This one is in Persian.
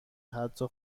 حتی